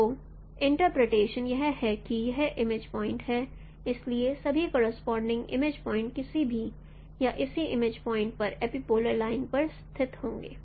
तो इंटरप्रिटेशन यह है कि यह इमेज पॉइंट है इसलिए सभी करोसपोंडिंग इमेज पॉइंट किसी भी या इसी इमेज पॉइंट इस एपिपोलर लाइन पर स्थित होंगे